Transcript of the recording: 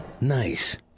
nice